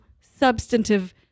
substantive